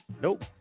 Nope